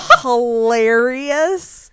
hilarious